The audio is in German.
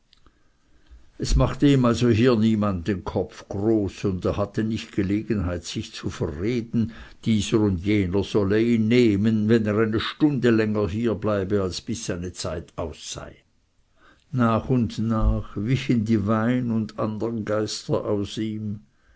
es machte ihm also hier niemand den kopf groß und er hatte nicht gelegenheit sich zu verreden dieser und jener solle ihn nehmen wenn er eine stunde länger hier bleibe als bis seine zeit aus sei nach und nach wichen die wein und andern geister aus ihm